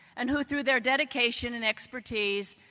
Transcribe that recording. and who, through their dedication and expertise,